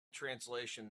translation